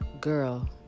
girl